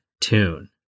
Tune